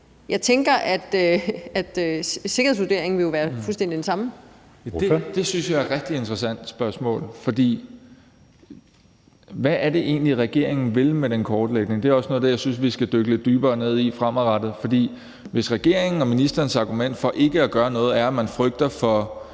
(Jeppe Søe): Ordføreren. Kl. 16:37 Jacob Mark (SF): Det synes jeg er et rigtig interessant spørgsmål, for hvad er det egentlig, regeringen vil med den kortlægning? Det er også noget af det, jeg synes vi skal dykke lidt dybere ned i fremadrettet, for hvis regeringen og ministerens argument for ikke at gøre noget er, at man frygter for